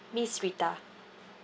miss rita